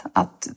att